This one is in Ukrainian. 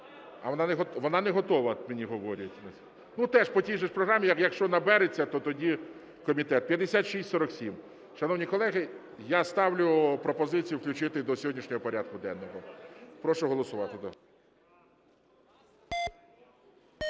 Вона не готова мені говорять. Ну, теж по тій же ж програмі, якщо набереться, то тоді комітет… 5647, шановні колеги, я ставлю пропозицію включити до сьогоднішнього порядку денного. Прошу голосувати.